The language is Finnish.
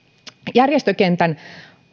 järjestökentän